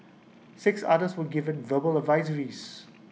six others were given verbal advisories